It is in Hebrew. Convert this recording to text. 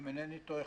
אם אינני טועה,